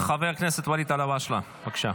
חבר הכנסת ואליד אלהואשלה, בבקשה.